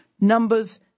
numbers